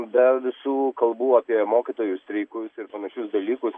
be visų kalbų apie mokytojų streikus ir panašius dalykus mes